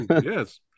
yes